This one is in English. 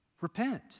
Repent